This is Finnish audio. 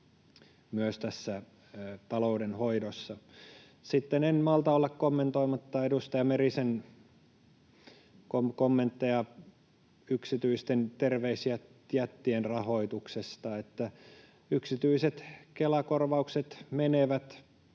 talouden hoidossa. Sitten en malta olla kommentoimatta edustaja Merisen kommentteja yksityisten terveysjättien rahoituksesta: Yksityiset Kela-korvaukset menevät